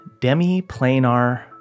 demi-planar